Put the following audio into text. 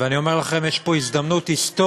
ואני אומר לכם: יש פה הזדמנות היסטורית,